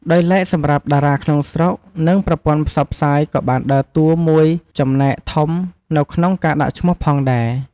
ដោយឡែកសម្រាប់តារាក្នុងស្រុក និងប្រព័ន្ធផ្សព្វផ្សាយក៏បានដើរតួមួយចំណែកធំនៅក្នុងការដាក់ឈ្មោះផងដែរ។